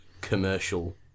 commercial